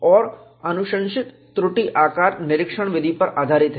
और अनुशंसित त्रुटि आकार निरीक्षण विधि पर आधारित है